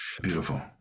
beautiful